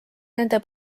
nende